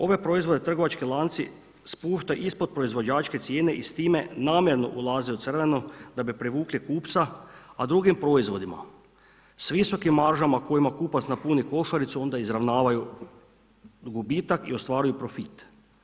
Ove proizvode trgovački lanci spušta ispod proizvođačke cijene i s time namjerno ulaze u crveno da bi privukli kupca, a drugim proizvodima s visokim maržama kojima kupac napuni košaricu onda izravnavaju gubitak i ostvaruju profit.